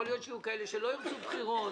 יכול להיות שיהיו כאלה שלא ירצו בחירות